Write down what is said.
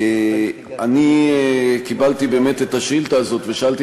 אני קיבלתי באמת את השאילתה הזאת ושאלתי